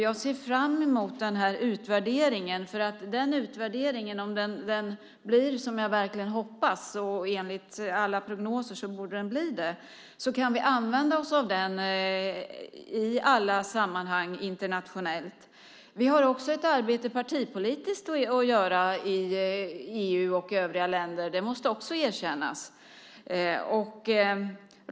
Jag ser fram emot den utvärdering som kommer, för om den blir som jag hoppas - och enligt alla prognoser borde den bli det - kan vi använda oss av den i alla internationella sammanhang. Vi har även ett partipolitiskt arbete att utföra i EU och övriga länder; det måste också erkännas.